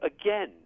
again